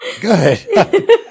Good